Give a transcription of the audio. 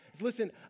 Listen